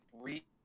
three